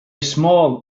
small